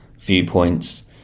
viewpoints